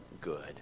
good